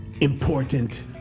important